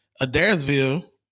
Adairsville